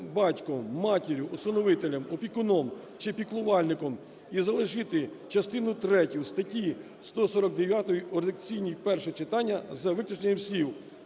батьком, матір'ю, усиновителем, опікуном чи піклувальником, і залишити частину третю статті 149 у редакційній, перше читання, за виключенням слів